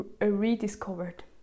rediscovered